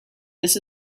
this